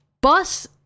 bus